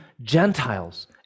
Gentiles